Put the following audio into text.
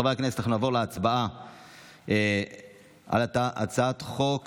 חברי הכנסת, אנחנו נעבור להצבעה על הצעת חוק